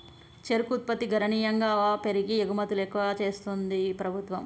చెరుకు ఉత్పత్తి గణనీయంగా పెరిగి ఎగుమతులు ఎక్కువ చెస్తాంది ప్రభుత్వం